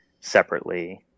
separately